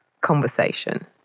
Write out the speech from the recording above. conversation